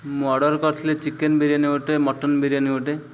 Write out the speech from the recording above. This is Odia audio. ମୁଁ ଅର୍ଡ଼ର୍ କରିଥିଲି ଚିକେନ୍ ବିରିୟାନୀ ଗୋଟେ ମଟନ୍ ବିରିୟାନୀ ଗୋଟେ